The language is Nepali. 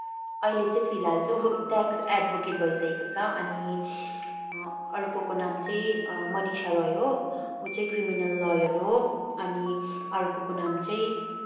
अहिले चाहिँ फिलहाल चाहिँ ऊ ट्याक्स एडभोकेट भइसकेको छ अनि अर्कोको नाम चाहिँ मनिषा रोय हो ऊ चाहिँ क्रिमिनल लयर हो अनि अर्कोको नाम चाहिँ